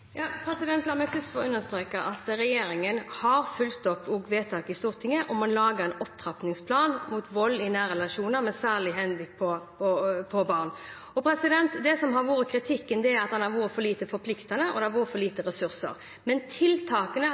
La meg først få understreke at regjeringen har fulgt opp vedtaket i Stortinget om å lage en opptrappingsplan mot vold i nære relasjoner med særlig henblikk på barn. Det som har vært kritikken, er at den har vært for lite forpliktende, og det har vært for lite ressurser. Men utfordringene, tiltakene